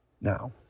Now